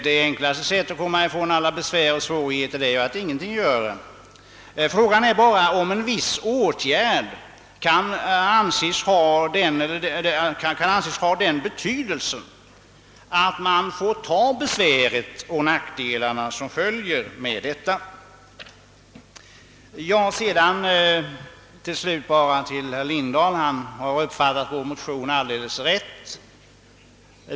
Det enklaste sättet att komma ifrån alla besvär och svårigheter är att ingenting göra. Frågan är bara om en viss sak kan anses vara av sådan betydelse, att man får ta det besvär och de nackdelar som den medför. Till sist vill jag säga att herr Lindahl uppfattat vår motion alldeles rätt.